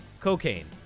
cocaine